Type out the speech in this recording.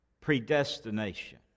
Predestination